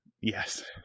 Yes